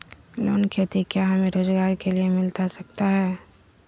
Loan खेती क्या हमें रोजगार के लिए मिलता सकता है?